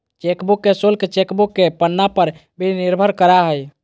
chequebook के शुल्क chequebook के पन्ना पर भी निर्भर करा हइ